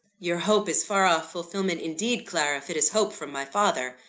your hope is far off fulfilment, indeed, clara, if it is hope from my father!